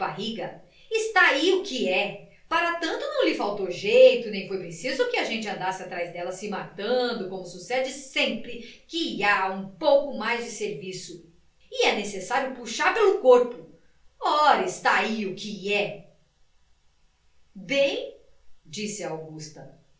barriga está ai o que é para tanto não lhe faltou jeito nem foi preciso que a gente andasse atrás dela se matando como sucede sempre que há um pouco mais de serviço e é necessário puxar pelo corpo ora está ai o que é bem disse a augusta